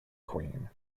queen